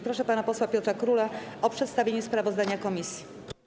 Proszę pana posła Piotra Króla o przedstawienie sprawozdania komisji.